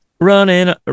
running